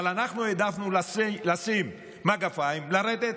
אבל אנחנו העדפנו לשים מגפיים, לרדת